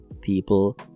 people